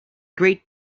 great